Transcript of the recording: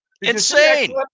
Insane